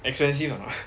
expensive or not